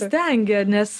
stengia nes